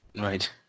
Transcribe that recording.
right